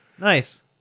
Nice